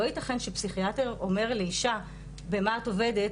לא יתכן שפסיכיאטר אומר לאישה: 'במה את עובדת?,